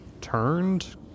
turned